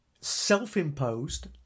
self-imposed